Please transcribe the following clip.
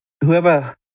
whoever